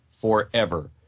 forever